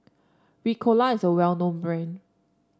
Ricola is a well known brand